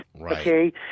Okay